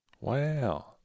Wow